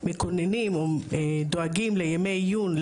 מקוננים או דואגים לימי עיון,